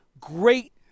great